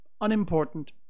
Unimportant